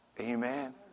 Amen